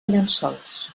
llençols